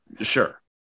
Sure